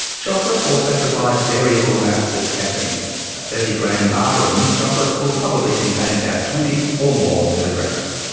chocolate also provides variable amounts of caffeine, a thirty gram bar of milk chocolate will probably contain about twenty or more milligrams.